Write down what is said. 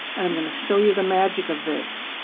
and i'm going to show you the magic of this.